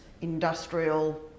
industrial